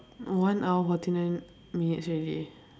one hour forty nine minutes ready